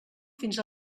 fins